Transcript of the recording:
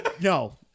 No